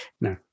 No